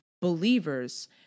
believers